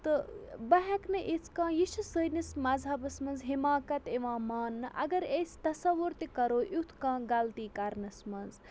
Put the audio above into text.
تہٕ بہٕ ہٮ۪کہٕ نہٕ یِژھ کانٛہہ یہِ چھِ سٲنِس مذہَبَس منٛز حماقَت یِوان مانٛنہٕ اگر أسۍ تصوُر تہِ کَرو یُتھ کانٛہہ غلطی کَرنَس منٛز